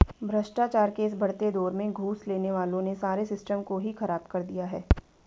भ्रष्टाचार के इस बढ़ते दौर में घूस लेने वालों ने सारे सिस्टम को ही खराब कर दिया है